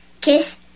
kiss